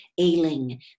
ailing